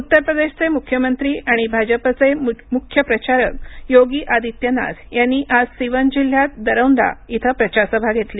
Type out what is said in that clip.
उत्तर प्रदेशचे मुख्यमंत्री आणि भाजपाचे मुख्य प्रचारक योगी आदित्यनाथ यांनी आज सिवन जिल्ह्यात दरौंदा इथं प्रचारसभा घेतली